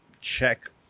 Check